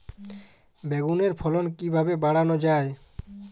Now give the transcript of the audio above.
বেগুনের ফলন কিভাবে বাড়ানো যায়?